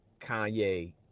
Kanye